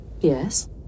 Yes